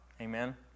Amen